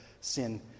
sin